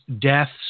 deaths